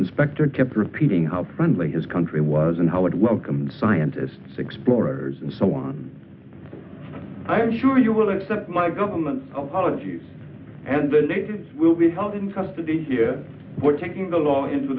inspector kept repeating how friendly his country was and how it welcomes scientists explorers and so on i am sure you will accept my government argues and the natives will be held in custody here we're taking the law into